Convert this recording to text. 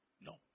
no